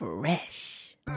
fresh